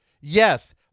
Yes